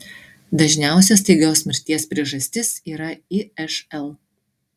dažniausia staigios mirties priežastis yra išl